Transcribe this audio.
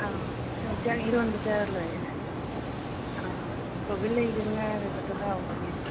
ꯑꯥ ꯌꯣꯡꯆꯥꯛ ꯏꯔꯣꯟꯕ ꯆꯥꯔ ꯂꯣꯏꯔꯦ ꯑꯥ ꯀꯣꯕꯤ ꯂꯩꯒ ꯉꯥꯒꯗꯨ ꯍꯥꯎꯕꯅꯦꯕ